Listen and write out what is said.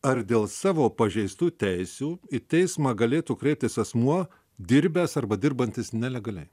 ar dėl savo pažeistų teisių į teismą galėtų kreiptis asmuo dirbęs arba dirbantis nelegaliai